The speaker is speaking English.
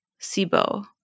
SIBO